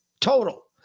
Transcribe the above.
total